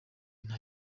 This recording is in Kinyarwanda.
nta